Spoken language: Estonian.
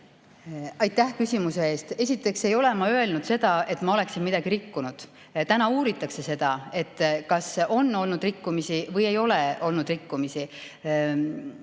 Aitäh küsimuse eest! Esiteks ei ole ma öelnud seda, et ma olen midagi rikkunud. Täna uuritakse seda, kas on olnud rikkumisi või ei ole olnud rikkumisi.